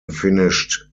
finished